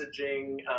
messaging